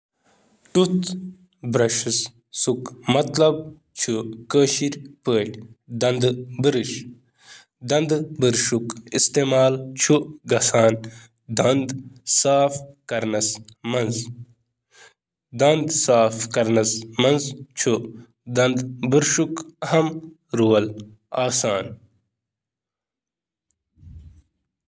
Tooth brush کَمہِ مقصدٕچ کٲم چھِ کران؟ دنٛد برشُک مقصد چُھ دنٛد صاف کرُن تہٕ دنٛدٕ برشُک بُنیٲدی مقصد چُھ دنٛدن خٲطرٕ استعمال کرنہٕ یِوان۔